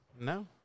No